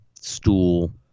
stool